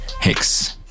Hicks